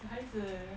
小孩子 leh